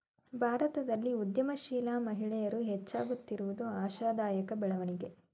ಭಾರತದಲ್ಲಿ ಉದ್ಯಮಶೀಲ ಮಹಿಳೆಯರು ಹೆಚ್ಚಾಗುತ್ತಿರುವುದು ಆಶಾದಾಯಕ ಬೆಳವಣಿಗೆ